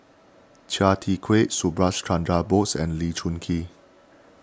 Chia Tee Chiak Subhas Chandra Bose and Lee Choon Kee